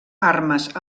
armes